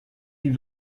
die